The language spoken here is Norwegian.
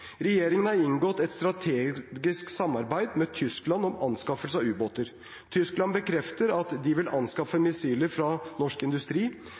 Regjeringen har inngått et strategisk samarbeid med Tyskland om anskaffelse av ubåter. Tyskland bekrefter at de vil anskaffe missiler fra norsk industri.